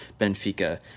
Benfica